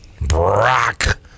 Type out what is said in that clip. Brock